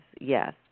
yes